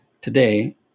Today